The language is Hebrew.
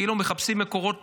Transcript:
כאילו מחפשים מקורות